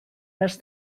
ers